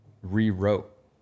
rewrote